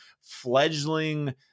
fledgling